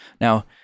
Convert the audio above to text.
Now